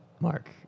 Mark